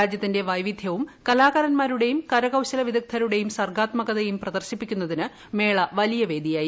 രാജ്യത്തിന്റെ വൈവിധ്യവും കലാകാരന്മാരുടെയും കരകൌശല വിദഗ്ധരുടെയും സർഗ്ഗാത്മകതയും പ്രദർശിപ്പിക്കുന്നതിന് മേള വലിയ വേദിയായി